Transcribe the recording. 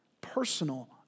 Personal